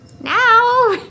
Now